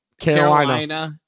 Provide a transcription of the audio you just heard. Carolina